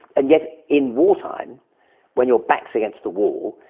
and yet in wartime when your back is against the wall,